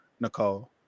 Nicole